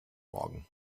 morgen